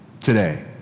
today